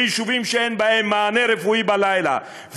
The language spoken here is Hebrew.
ביישובים שאין בהם מענה רפואי בלילה,